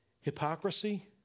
Hypocrisy